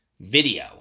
video